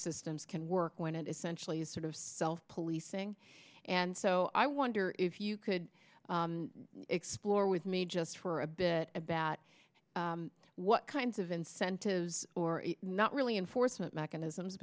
systems can work when it essentially is sort of self policing and so i wonder if you could explore with me just for a bit about what kinds of incentives or not really enforcement mechanisms